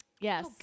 Yes